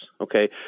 Okay